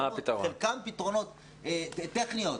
חלקם פתרונות טכניים.